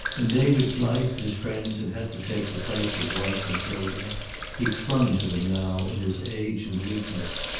in david's life his friends had had to take the place of wife and children he clung to them now, in his age and weakness,